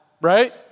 right